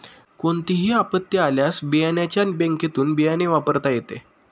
कोणतीही आपत्ती आल्यास बियाण्याच्या बँकेतुन बियाणे वापरता येते